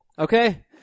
Okay